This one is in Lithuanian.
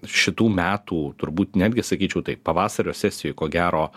šitų metų turbūt netgi sakyčiau taip pavasario sesijoj ko gero